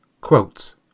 Quotes